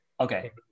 okay